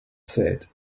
said